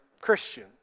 Christian